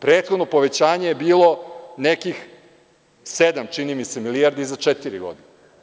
Prethodno povećanje je bilo nekih sedam, čini mi se, milijardi za četiri godine.